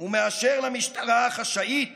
הוא מאשר למשטרה החשאית